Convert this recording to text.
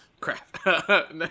crap